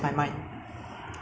uh because like